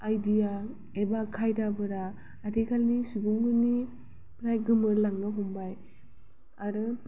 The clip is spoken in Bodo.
आयदिया एबा खायदाफोरा आथिखालनि सुबुंफोरनिफ्राय गोमोरलांनो हमबाय आरो